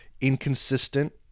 inconsistent